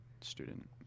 student